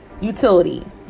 utility